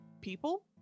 people